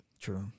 True